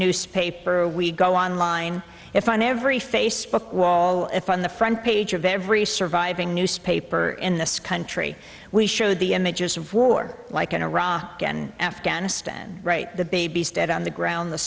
newspaper we go online to find every facebook wall if on the front page of every surviving newspaper in this country we showed the images of war like in iraq and afghanistan right the babies dead on the ground the